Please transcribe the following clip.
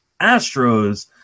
Astros